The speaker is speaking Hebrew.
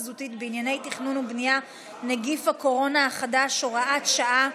חזותית בענייני תכנון ובנייה (נגיף הקורונה החדש הוראת שעה).